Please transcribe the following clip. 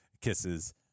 Kisses